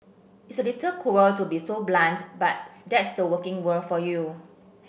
it's a little cruel to be so blunt but that's the working world for you